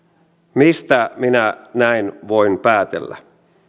mistä minä näin voin päätellä